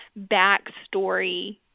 backstory